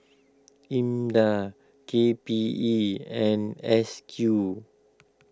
Imda K P E and S Q